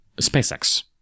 SpaceX